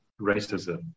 racism